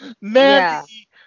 Mandy